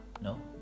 No